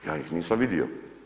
Ja ih nisam vidio.